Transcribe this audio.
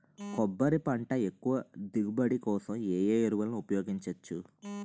కొబ్బరి పంట ఎక్కువ దిగుబడి కోసం ఏ ఏ ఎరువులను ఉపయోగించచ్చు?